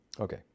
Okay